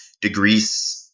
degrees